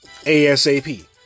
ASAP